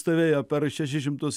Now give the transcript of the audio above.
stovėjo per šešis šimtus